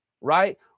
right